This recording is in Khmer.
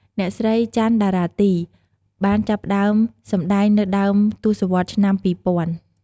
អ្នកស្រី ចាន់ តារាទី បានចាប់ផ្តើមសម្តែងនៅដើមទសវត្សរ៍ឆ្នាំ ២០០០។